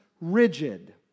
rigid